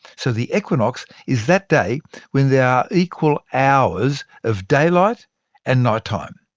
so the equinox is that day when there are equal hours of daylight and night-time.